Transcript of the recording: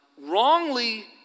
wrongly